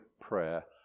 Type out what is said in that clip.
prayer